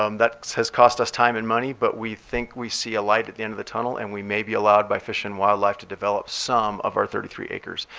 um that has cost us time and money but we think we see a light at the end of the tunnel. and we may be allowed by fish and wildlife to develop some of our thirty three acres.